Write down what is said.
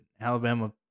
Alabama